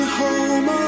home